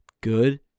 good